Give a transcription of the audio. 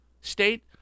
state